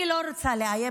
אני לא רוצה לאיים,